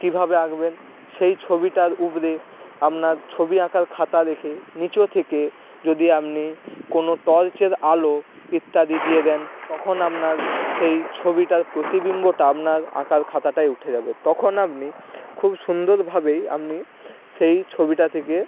কীভাবে আঁকবেন সেই ছবিটার উপরে আপনার ছবি আঁকার খাতা রেখে নিচ থেকে যদি আপনি কোনো টর্চের আলো ইত্যাদি দিয়ে দেন তখন আপনার সেই ছবিটার প্রতিবিম্বটা আমনার আঁকার খাতাটায় উঠে যাবে তখন আপনি খুব সুন্দরভাবেই আপনি সেই ছবিটা থেকে